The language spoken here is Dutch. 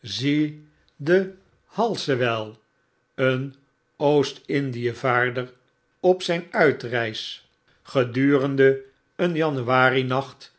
zie de b halsewelr een oostindievaarder op zgn uitreis gedurende een januarinacht